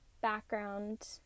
background